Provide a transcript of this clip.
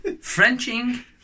Frenching